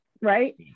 Right